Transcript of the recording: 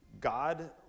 God